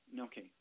Okay